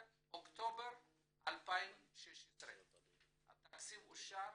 באוקטובר 2016. התקציב אושר